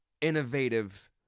innovative